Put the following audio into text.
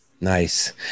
nice